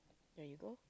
there you go